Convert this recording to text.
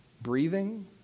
breathing